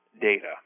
data